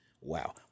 Wow